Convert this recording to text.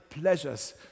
pleasures